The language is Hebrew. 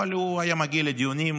אבל הוא היה מגיע לדיונים,